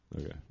Okay